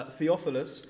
Theophilus